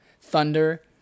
Thunder